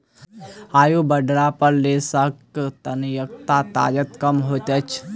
आयु बढ़ला पर रेशाक तन्यता ताकत कम होइत अछि